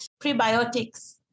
Prebiotics